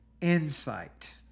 insight